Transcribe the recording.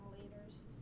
leaders